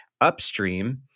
upstream